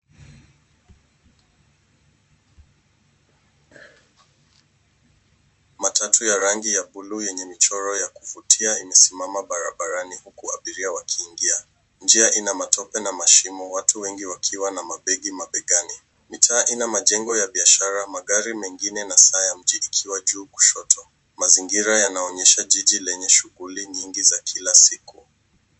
Matatu ya rangi ya buluu yenye michoro ya kuvutia imesimama barabarani huku abiria wakiingia. Njia ina matope na mashimo, watu wengi wakiwa na mabegi mabegani. Mitaa ina majengo ya biashara, magari mengine na saa ya mjini ikiwa juu kushoto. Mazingira yanaonyesha jiji lenye shughuli nyingi za kila siku.